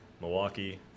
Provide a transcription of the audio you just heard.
Milwaukee